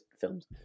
films